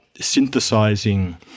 synthesizing